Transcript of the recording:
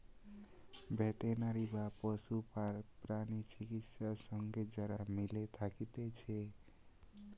veterinary বা পশু প্রাণী চিকিৎসা সঙ্গে যারা মিলে থাকতিছে